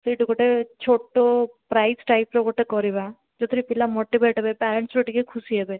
ସେଇଠୁ ଗୋଟେ ଛୋଟ ପ୍ରାଇଜ୍ ଟାଇପ୍ର ଗୋଟେ କରିବା ଯେଉଁଥିରେ ପିଲା ମୋଟିଭେଟ୍ ହେବେ ପ୍ୟାରେଣ୍ଟସ୍ ବି ଟିକେ ଖୁସି ହେବେ